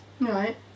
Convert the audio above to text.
Right